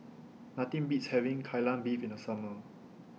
Nothing Beats having Kai Lan Beef in The Summer